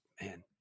man